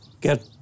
get